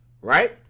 right